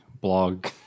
blog